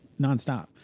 nonstop